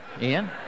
Ian